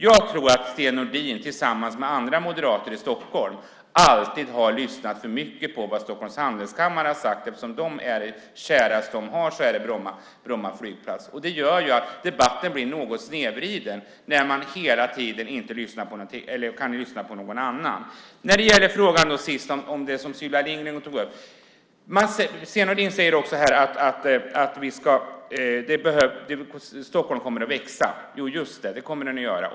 Jag tror att Sten Nordin tillsammans med andra moderater i Stockholm alltid har lyssnat för mycket på vad Stockholms Handelskammare har sagt. Det käraste de har är Bromma flygplats. Det gör att debatten blir något snedvriden när man inte kan lyssna på någon annan. Jag går till sist till den fråga som Sylvia Lindgren tog upp. Sten Nordin säger här att Stockholm kommer att växa. Jo, just det, det kommer den att göra.